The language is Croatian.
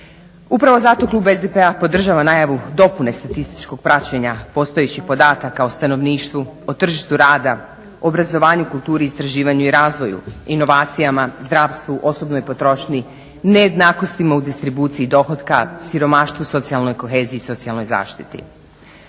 Upravo zato klub SDP-a podržava najavu dopune statističkog praćenja postojećih podataka o stanovništvu o tržištu rada, o obrazovanju, kulturi, istraživanju i razvoju, inovacijama, zdravstvu, osobnoj potrošnji, nejednakostima u distribuciji dohotka, siromaštvu, socijalnoj koheziji i socijalnoj zaštiti.